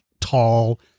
tall